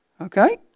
Okay